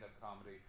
comedy